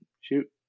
shoot